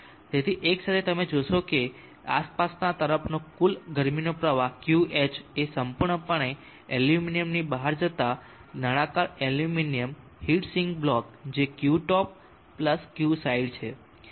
તેથી એકસાથે તમે જોશો કે આસપાસના તરફનો કુલ ગરમીનો પ્રવાહ Qh એ સંપૂર્ણપણે એલ્યુમિનિયમની બહાર જતા નળાકાર એલ્યુમિનિયમ હીટ સિંક બ્લોક જે Qtop Qside છે